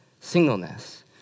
singleness